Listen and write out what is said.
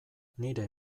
nire